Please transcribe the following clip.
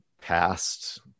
past